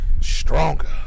stronger